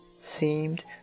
seemed